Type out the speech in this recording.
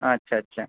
আচ্ছা আচ্ছা